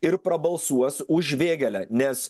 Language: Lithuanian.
ir prabalsuos už vėgėlę nes